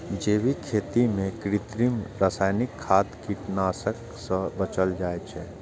जैविक खेती मे कृत्रिम, रासायनिक खाद, कीटनाशक सं बचल जाइ छै